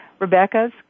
Rebecca's